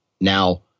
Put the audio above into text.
Now